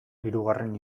hirugarren